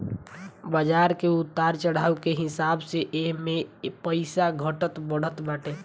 बाजार के उतार चढ़ाव के हिसाब से एमे पईसा घटत बढ़त बाटे